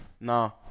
No